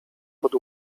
pod